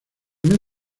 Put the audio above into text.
mes